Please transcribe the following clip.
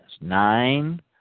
nine